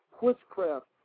witchcraft